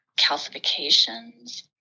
calcifications